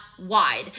wide